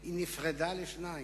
היא נפרדה לשתיים,